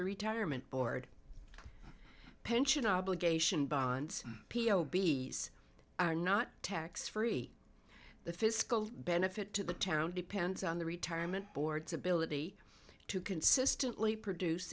the retirement board pension obligation bonds p o b s are not tax free the fiscal benefit to the town depends on the retirement board's ability to consistently produce